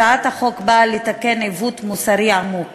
הצעת החוק באה לתקן עיוות מוסרי עמוק